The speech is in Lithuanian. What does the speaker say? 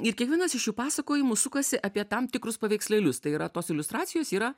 ir kiekvienas iš šių pasakojimų sukasi apie tam tikrus paveikslėlius tai yra tos iliustracijos yra